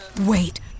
wait